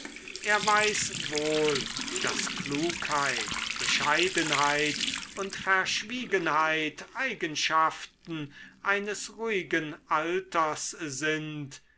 er weiß wohl daß klugheit bescheidenheit und verschwiegenheit eigenschaften eines ruhigen alters sind